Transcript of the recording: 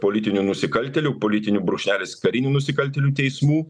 politinių nusikaltėlių politinių brūkšnelis karinių nusikaltėlių teismų